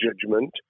judgment